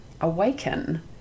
awaken